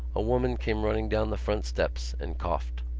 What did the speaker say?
a woman came running down the front steps and coughed.